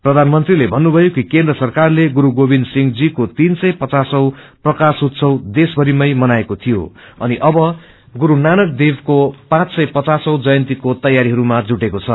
प्रधानमंत्रीले भन्नुभयो कि केन्द्र सरकारले गुरू गोविन्द सिंहजीको तीन सय पचास औ प्राकाशोत्सव देशभरिमै मनएको थियो अनि अब गुरू नानाकदेव को पाँच सय पचास औं जयन्तीको तैयारीहरूमा जुटेको छ